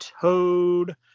Toad